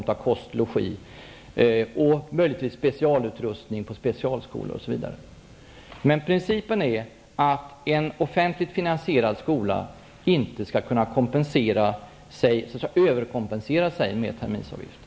Möjligtvis skulle detta också kunna gälla för specialutrustning på specialskolor osv. Men principen är att en offentligt finansierad skola inte skall kunna överkompensera sig med terminsavgifter.